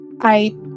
I-